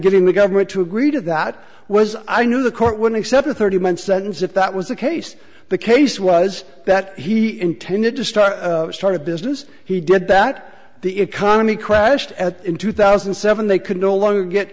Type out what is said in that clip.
getting the government to agree to that was i knew the court would accept a thirty month sentence if that was the case the case was that he intended to start start a business he did that the economy crashed at in two thousand and seven they could no longer get